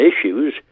issues